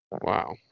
Wow